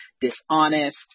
dishonest